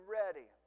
ready